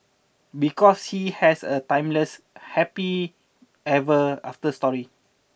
because he has a timeless happy ever after story